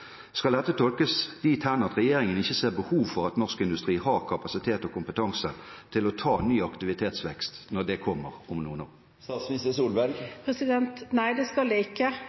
Skal dette tolkes dit hen at regjeringen ikke ser behovet for at norsk industri har kapasitet og kompetanse til å ta ny aktivitetsvekst når den kommer om noen år? Nei, det skal det ikke.